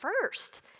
first